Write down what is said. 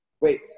Wait